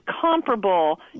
comparable